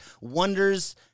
wonders